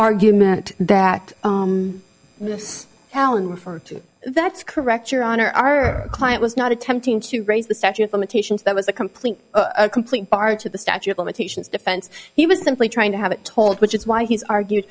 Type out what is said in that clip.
argument that alan referred to that's correct your honor our client was not attempting to raise the statue of limitations that was a complete a complete part of the statute of limitations defense he was simply trying to have it told which is why he's argued